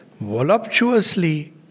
voluptuously